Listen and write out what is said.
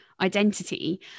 identity